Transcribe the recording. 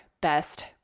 best